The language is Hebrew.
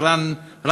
עו"ד הרן רייכמן,